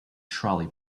trolley